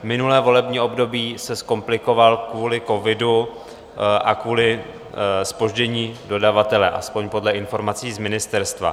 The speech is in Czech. V minulém volebním období se zkomplikoval kvůli covidu a kvůli zpoždění dodavatele, aspoň podle informací z ministerstva.